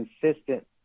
consistent